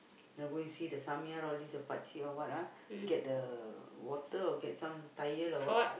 know go and see the all this the pakcik all what ah get the water or get some tyre or what